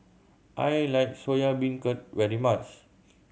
I like Soya Beancurd very much